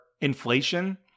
inflation